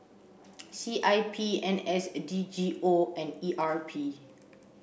C I P N S a D G O and E R P